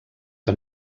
que